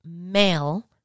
male